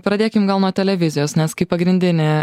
pradėkim gal nuo televizijos nes kaip pagrindinį